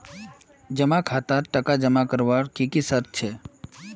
जमा खातात टका जमा करवार की की शर्त छे?